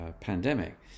pandemic